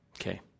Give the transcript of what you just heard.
Okay